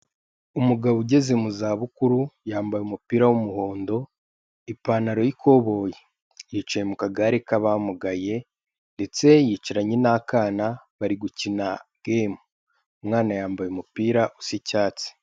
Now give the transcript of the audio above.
Umugabo ugeze mu zabukuru, yambaye umupira w'umuhondo, ipantaro y'ikoboyi. Yicaye mu kagare k'abamugaye ndetse yicaranye n'akana, bari gukina gemu. Umwana yambaye umupira usa icyatsi.